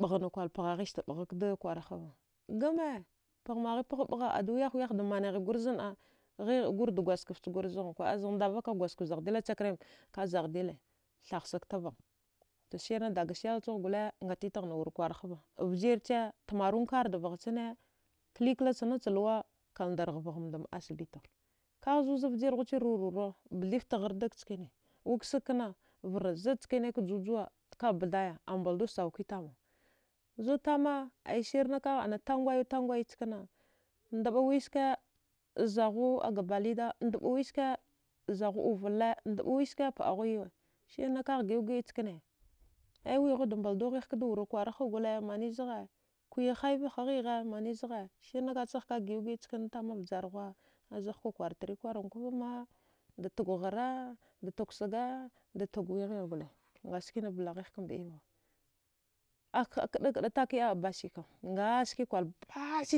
ɓarana kwal pghaghista ɓazagh kda kwarkwara hava gama paghmaghi pgha əagha ada wiyahwiyah damanaghigur zanəa ghigh gur dgwadjgaft chgur zanghankwa azagh ndava ka kwadjgaft zaghdila cherem kazagh dila thaghsagtava to sirna daga selchagh gole nga titaghna kwara hava vjirche tamarumkar davgha chane kliklach nachalwa kalndargham asbita kaghzuza vjirghhuce rorora bthifthardag chkane unsagkna vrozza chkanek juwu juwa ka bthaya abaldu sauki tama zudtama aisirna kagh ana taghuwayu tangwai chkana ndɓa wiska kada zaghu aga balwida nɓawiska kada zaghu da uvala nɓawiske pəaghu yauwa sirna kagh giəu giəa chkane aiwighuda baldo ghigh kada wura kwaraha gole maniwzgha kuyahaivaha ghigha maniw zgha sirna kagh giəu giəa chkintama vjarthuwa ahaghka kwartrikwarankuvama datug ghara da tugsaga datugwi ghigh gole ngaskina blaghighka məiva kəakəa takiəa abasika kwalbasi